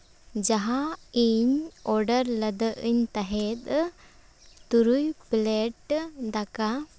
ᱡᱟᱦᱟᱸ ᱤᱧ ᱚᱰᱟᱨ ᱞᱮᱫᱟᱧ ᱛᱟᱦᱮᱸᱫ ᱛᱩᱨᱩᱭ ᱯᱞᱮᱴ ᱫᱟᱠᱟ